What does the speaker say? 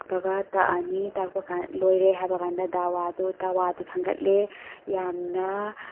ꯍꯥꯞꯄꯒ ꯇꯛꯑꯅꯤ ꯇꯥꯛꯄ ꯀꯟꯗ ꯂꯣꯏꯔꯦ ꯍꯥꯏꯕ ꯀꯟꯗ ꯗꯋꯥꯗꯣ ꯇꯋꯥꯗꯨ ꯊꯥꯡꯒꯠꯂꯦ ꯌꯥꯝꯅ